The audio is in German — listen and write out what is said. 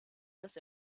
dass